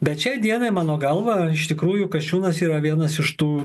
bet šiai dienai mano galva iš tikrųjų kasčiūnas yra vienas iš tų